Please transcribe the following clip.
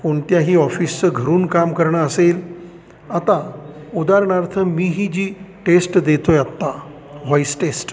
कोणत्याही ऑफिसचं घरून काम करणं असेल आता उदाहरणार्थ मी ही जी टेस्ट देतो आत्ता व्हॉईस टेस्ट